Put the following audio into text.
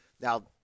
now